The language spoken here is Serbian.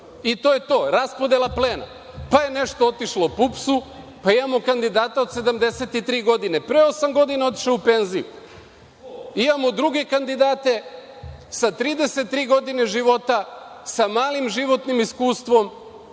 i to je to, raspodela plena. Pa, je nešto otišlo PUPS-u, pa imamo kandidata od 73 godine. Pre osam godina otišao u penziju. Imamo druge kandidate sa 33 godine života, sa malim životnim iskustvom,